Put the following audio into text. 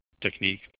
technique